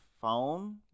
phone